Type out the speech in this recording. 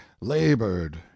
labored